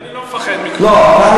אני אענה לך.